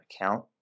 account